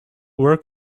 work